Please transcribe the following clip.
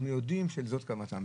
אנחנו נאפשר לחבר הכנסת מקלב,